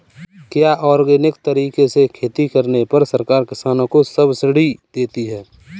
क्या ऑर्गेनिक तरीके से खेती करने पर सरकार किसानों को सब्सिडी देती है?